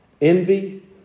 envy